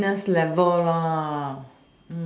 fitness level lah